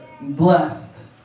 blessed